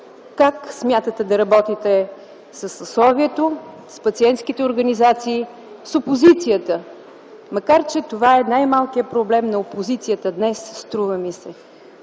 Как смятате да работите със съсловието, с пациентските организации, с опозицията? Макар че това е най-малкият проблем на опозицията днес, струва ми се.